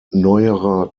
neuerer